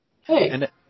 Hey